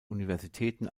universitäten